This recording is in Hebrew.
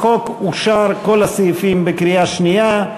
החוק אושר, כל הסעיפים, בקריאה שנייה.